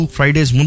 Fridays